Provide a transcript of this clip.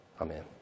Amen